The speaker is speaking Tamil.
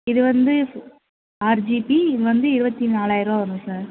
இது வந்து ஆறு ஜிபி இது வந்து இருபத்தி நாலாயிரரூவா வரும் சார்